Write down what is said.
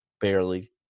barely